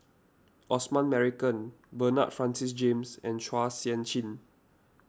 Osman Merican Bernard Francis James and Chua Sian Chin